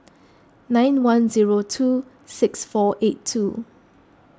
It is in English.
nine one zero two six four eight two